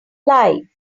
lie